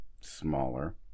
smaller